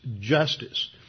justice